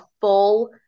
full